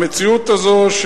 המציאות הזאת,